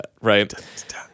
right